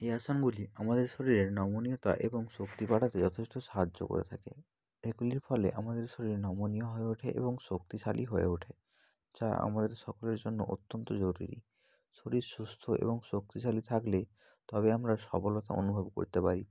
এই আসনগুলি আমাদের শরীরের নমনীয়তা এবং শক্তি বাড়াতে যথেষ্ট সাহায্য করে থাকে এগুলির ফলে আমাদের শরীর নমনীয় হয়ে ওঠে এবং শক্তিশালী হয়ে ওঠে যা আমাদের সকলের জন্য অত্যন্ত জরুরি শরীর সুস্থ এবং শক্তিশালী থাকলে তবে আমরা সফলতা অনুভব করতে পারি